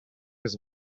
his